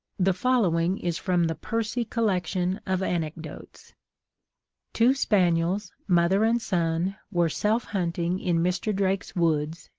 the following is from the percy collection of anecdotes two spaniels, mother and son, were self-hunting in mr. drake's woods,